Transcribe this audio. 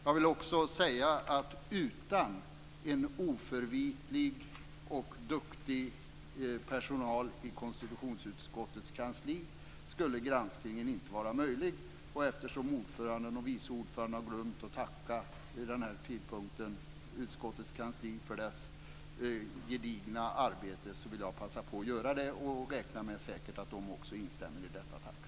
Jag vill också säga att utan en oförvitlig och duktig personal på konstitutionsutskottets kansli skulle granskningen inte vara möjlig. Eftersom ordföranden och vice ordföranden vid den här tidpunkten har glömt att tacka utskottets kansli för dess gedigna arbete vill jag passa på att göra det och räknar säkert med att de också instämmer i detta tack.